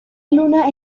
luna